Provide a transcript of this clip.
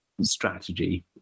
strategy